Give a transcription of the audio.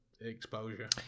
exposure